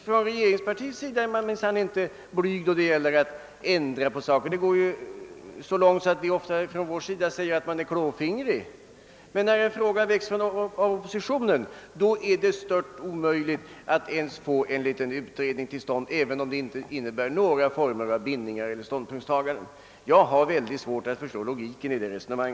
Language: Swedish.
Från regeringspartiets sida är man minsann inte blyg för att ändra på saker; det går ju så långt att vi ofta har anledning att säga att man är klåfingrig. Men när ett förslag framställs från oppositionen är det stört omöjligt att ens få en liten utredning till stånd, även om det inte innebär några bindningar eller ståndpunktstaganden. Jag har mycket svårt att förstå logiken i sådana resonemang.